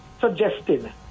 suggesting